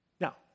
Now